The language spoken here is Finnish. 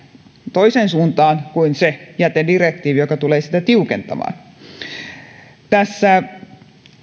toiseen suuntaan kuin se jätedirektiivi joka tulee sitä tiukentamaan